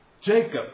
Jacob